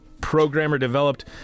programmer-developed